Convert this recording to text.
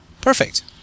perfect